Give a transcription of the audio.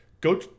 Go